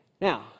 Now